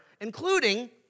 including